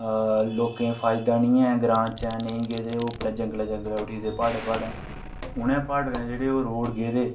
अ लोकें ई फायदा निं ऐ ग्रांऽ चें नेईं गेदे ओह् उप्पर जंगल जंगल उठी दे प्हाड़ें प्हाड़ें उ'नें प्हाड़ें दे जेह्ड़े ओह् रोड गेदे